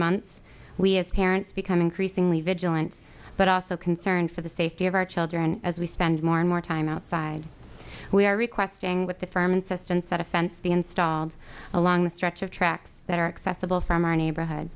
months we as parents become increasingly vigilant but also concern for the safety of our children as we spend more and more time outside we are requesting with the firm insistence that a fence be installed along the stretch of tracks that are accessible from our neighborhood